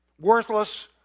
Worthless